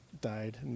died